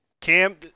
cam